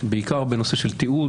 בעיקר בנושא של תיעוד,